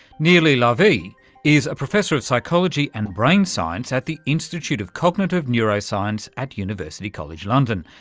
nilli lavie is a professor of psychology and brain science at the institute of cognitive neuroscience at university college london,